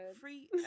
free